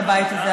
לבית הזה,